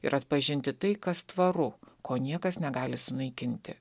ir atpažinti tai kas tvaru ko niekas negali sunaikinti